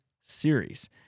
Series